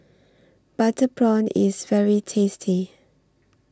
Butter Prawn IS very tasty